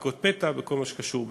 בדיקות פתע וכל מה שקשור בזה.